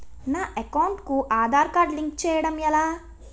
నా అకౌంట్ కు Aadhaar card link చేయడం ఎలా?